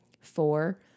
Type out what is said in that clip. four